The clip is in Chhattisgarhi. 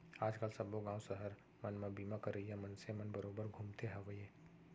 आज काल सब्बो गॉंव सहर मन म बीमा करइया मनसे मन बरोबर घूमते हवयँ